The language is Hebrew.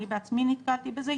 אני בעצמי נתקלתי בזה,